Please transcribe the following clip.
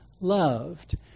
loved